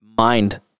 mind